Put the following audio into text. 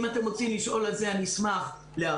אם אתם רוצים לשאול על זה, אני אשמח להרחיב.